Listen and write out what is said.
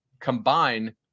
combine